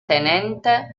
tenente